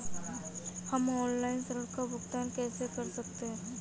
हम ऑनलाइन ऋण का भुगतान कैसे कर सकते हैं?